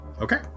Okay